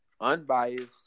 Unbiased